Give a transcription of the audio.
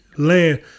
Land